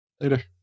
Later